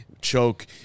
choke